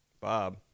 Bob